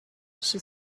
she